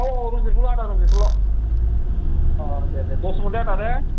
औ औ रनजितखौल' आदा रनजितखौल' अ दे दे दस मन दे आदा दे